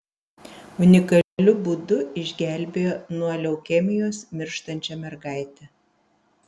unikaliu būdu išgelbėjo nuo leukemijos mirštančią mergaitę